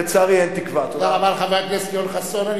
תודה רבה לחבר הכנסת, בינתיים, לצערי, אין תקווה.